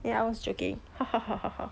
then I was joking